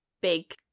big